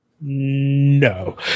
No